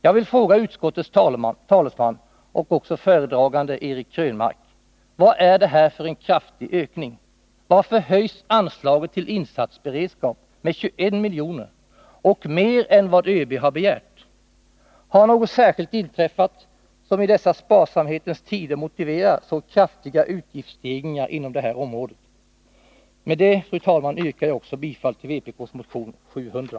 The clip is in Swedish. Jag vill fråga utskottets talesman och också föredraganden Eric Krönmark: Vad är det här för en kraftig ökning? Varför höjs anslaget till Insatsberedskap med 21 miljoner — och med mer än vad ÖB har begärt? Har något särskilt inträffat, som i dessa sparsamhetens tider motiverar så kraftiga utgiftsstegringar inom det här området? Med det här, fru talman, yrkar jag också bifall till vpk:s motion 700.